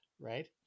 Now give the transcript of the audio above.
right